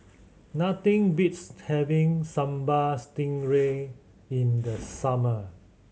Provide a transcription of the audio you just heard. nothing beats having Sambal Stingray in the summer